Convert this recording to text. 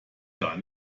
gar